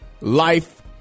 life